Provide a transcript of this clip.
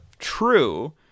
True